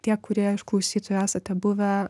tie kurie iš klausytojų esate buvę